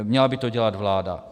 Měla by to dělat vláda.